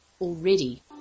Already